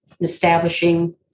establishing